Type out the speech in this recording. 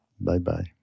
Bye-bye